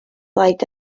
blaid